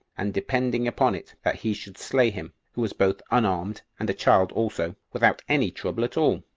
and depending upon it that he should slay him, who was both unarmed and a child also, without any trouble at all.